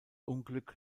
unglück